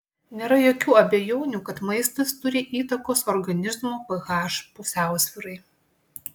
nėra jokių abejonių kad maistas turi įtakos organizmo ph pusiausvyrai